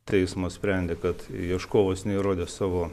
teismas sprendė kad ieškovas neįrodė savo